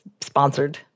sponsored